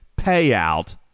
payout